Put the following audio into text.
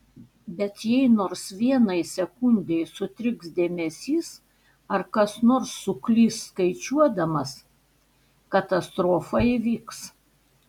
bet jei nors vienai sekundei sutriks dėmesys ar kas nors suklys skaičiuodamas katastrofa įvyks